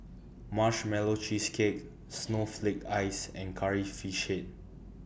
Marshmallow Cheesecake Snowflake Ice and Curry Fish Head